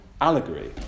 allegory